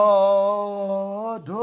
Lord